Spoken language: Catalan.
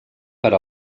per